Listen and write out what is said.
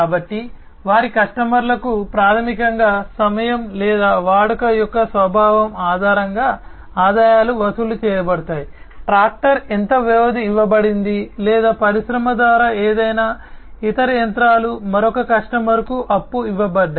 కాబట్టి వారి కస్టమర్లకు ప్రాథమికంగా సమయం లేదా వాడుక యొక్క స్వభావం ఆధారంగా ఆదాయాలు వసూలు చేయబడతాయి ట్రాక్టర్ ఎంత వ్యవధి ఇవ్వబడింది లేదా పరిశ్రమ ద్వారా ఏదైనా ఇతర యంత్రాలు మరొక కస్టమర్కు అప్పు ఇవ్వబడ్డాయి